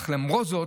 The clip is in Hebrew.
אך למרות זאת,